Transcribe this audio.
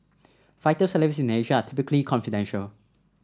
fighter salaries in Asia are typically confidential